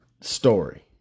story